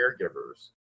caregivers